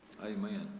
Amen